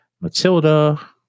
Matilda